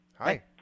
Hi